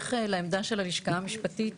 בהמשך לעמדה של הלשכה המשפטית